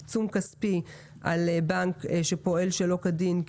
עיצום כספי על בנק שפועל שלא כדין,